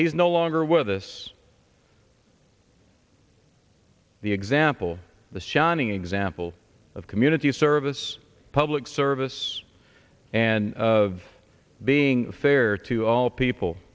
is no longer with us the example the shining example of community service public service and of being fair to all people